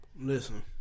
Listen